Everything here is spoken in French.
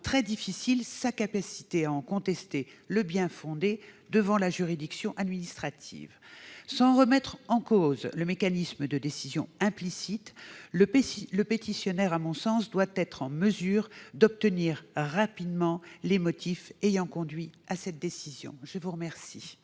très difficile sa capacité à en contester le bien-fondé devant la juridiction administrative. Sans remettre en cause le mécanisme de décision implicite, le pétitionnaire doit être en mesure d'obtenir rapidement les motifs ayant conduit à cette décision. Quel